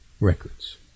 records